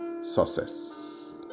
success